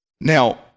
Now